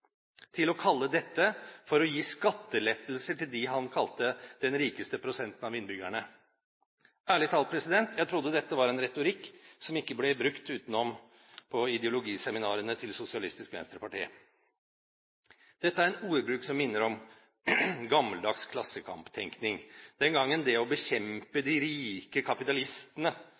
til å kalle dette for å gi skattelettelser til det han kalte den rikeste prosenten av innbyggerne. Ærlig talt, jeg trodde dette var en retorikk som ikke ble brukt utenfor ideologiseminarene til Sosialistisk Venstreparti. Dette er en ordbruk som minner om gammeldags klassekamptenkning, den gangen det å bekjempe de rike kapitalistene